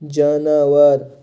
جاناوار